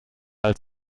als